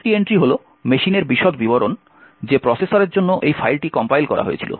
আরেকটি এন্ট্রি হল মেশিনের বিশদ বিবরণ যে প্রসেসরের জন্য এই ফাইলটি কম্পাইল করা হয়েছিল